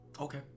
Okay